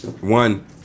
One